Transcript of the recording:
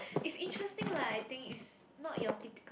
it's interesting lah I think it's not your typical